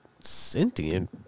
sentient